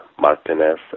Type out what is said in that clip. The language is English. Martinez